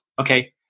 okay